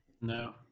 No